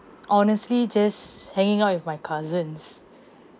honestly just hanging out with my cousins